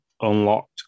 unlocked